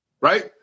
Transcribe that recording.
Right